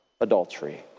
adultery